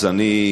אז אני,